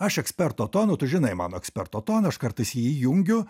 aš eksperto tonu tu žinai mano eksperto toną aš kartais jį įjungiu